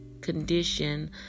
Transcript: condition